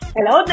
Hello